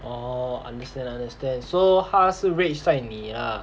orh understand understand so 他是 rage 在你 lah